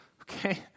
Okay